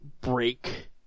break